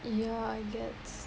ya I gets